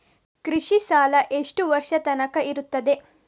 ಕೃಷಿ ಸಾಲ ಎಷ್ಟು ವರ್ಷ ತನಕ ಇರುತ್ತದೆ?